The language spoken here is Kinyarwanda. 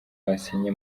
basinye